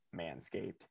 Manscaped